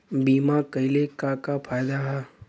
बीमा कइले का का फायदा ह?